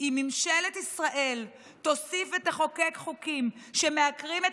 אם ממשלת ישראל תוסיף ותחוקק חוקים שמעקרים את